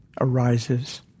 arises